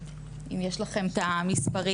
אם יש לכם את המספרים,